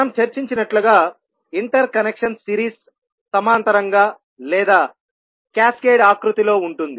మనం చర్చించినట్లుగా interconnection series సమాంతరంగా లేదా క్యాస్కేడ్ ఆకృతిలో ఉంటుంది